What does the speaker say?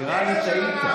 נראה לי שטעית.